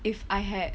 if I had